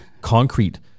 concrete